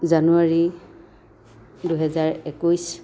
জানুৱাৰী দুহেজাৰ একৈছ